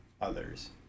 others